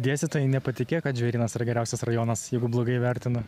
dėstytojai nepatikėjo kad žvėrynas yra geriausias rajonas jeigu blogai įvertino